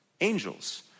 angels